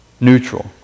neutral